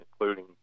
including